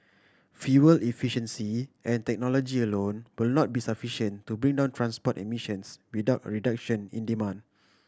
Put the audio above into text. fuel efficiency and technology alone will not be sufficient to bring down transport emissions without a reduction in demand